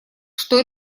что